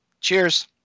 Cheers